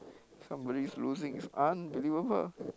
somebody's losing it's unbelievable